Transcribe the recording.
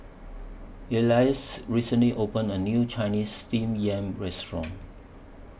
Elias recently opened A New Chinese Steamed Yam Restaurant